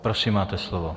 Prosím, máte slovo.